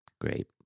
Great